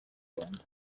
rwanda